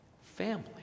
Family